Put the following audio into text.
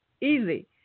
easy